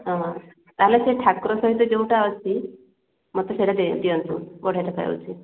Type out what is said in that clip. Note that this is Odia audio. ଅଁ ହଁ ତାହାଲେ ସେ ଠାକୁର ସହିତ ଯୋଉଟା ଅଛି ମୋତେ ସେଟା ଦିଅନ୍ତୁ ବଢ଼ିଆ ଦେଖାଯାଉଛି